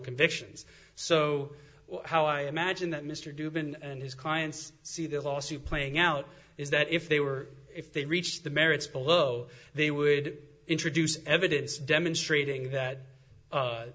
convictions so how i imagine that mr dube and his clients see the lawsuit playing out is that if they were if they reached the merits below they would introduce evidence demonstrating that